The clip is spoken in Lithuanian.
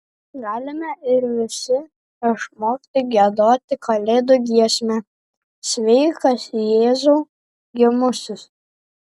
galime ir visi išmokti giedoti kalėdų giesmę sveikas jėzau gimusis